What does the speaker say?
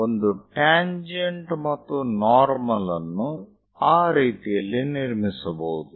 ಒಂದು ಟ್ಯಾಂಜೆಂಟ್ ಮತ್ತು ನಾರ್ಮಲ್ ಅನ್ನು ಆ ರೀತಿಯಲ್ಲಿ ನಿರ್ಮಿಸಬಹುದು